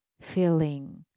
feeling